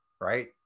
right